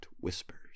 whispers